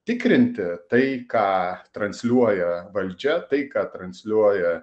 tikrinti tai ką transliuoja valdžia tai ką transliuoja